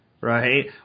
right